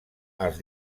els